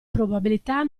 probabilità